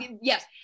yes